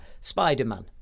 Spider-Man